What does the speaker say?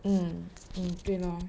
mm 对 lor